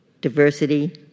diversity